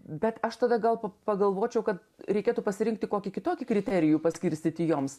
bet aš tada gal pagalvočiau kad reikėtų pasirinkti kokį kitokį kriterijų paskirstyti joms